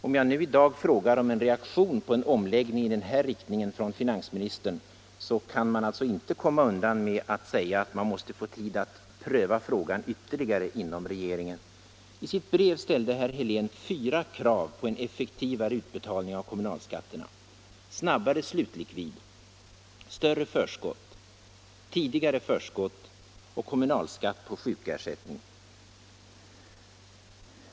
Om jag i dag frågar efter en reaktion på en omläggning i den här riktningen från finansministern, så kan han alltså inte komma undan med att säga att man måste få tid att pröva frågan ytterligare inom regeringen. I sitt brev ställde herr Helén fyra krav på en effektivare utbetalning av kommunalskatterna — snabbare slutlikvid, större förskott, tidigare förskott och kommunalskatt på sjukersättning.